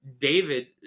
david